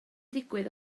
digwydd